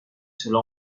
cela